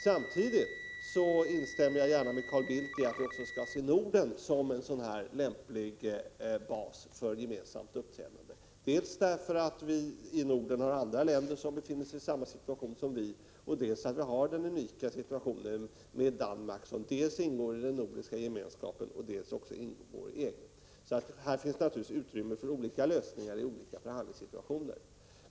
Samtidigt instämmer jag gärna med Carl Bildt i att vi också skall se Norden som en lämplig bas för gemensamt uppträdande — dels därför att vi i Norden har andra länder som befinner sig i samma situation som Sverige, dels därför att vi har den unika situationen med Danmark, som ingår i den nordiska gemenskapen och även ingår i EG. Här finns det naturligtvis utrymme för olika lösningar i olika förhandlingssituationer.